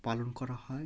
পালন করা হয়